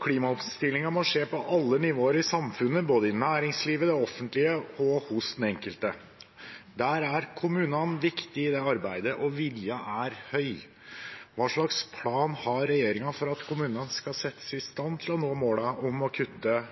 Klimaomstilling må skje på alle nivåer i samfunnet, både i næringslivet, det offentlige og hos den enkelte. Kommunene er viktige i dette arbeidet, og viljen er høy. Hva slags plan har regjeringen for at kommunene skal settes i stand til å nå målene om å være med og kutte